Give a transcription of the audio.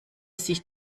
sich